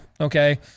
okay